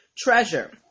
Treasure